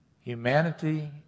humanity